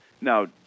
now